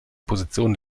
position